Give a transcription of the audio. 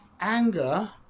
Anger